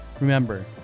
remember